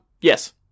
Yes